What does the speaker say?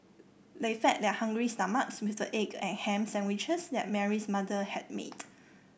they fed their hungry stomachs with the egg and ham sandwiches that Mary's mother had made